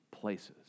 places